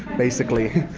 basically.